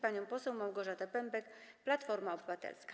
Pani poseł Małgorzata Pępek, Platforma Obywatelska.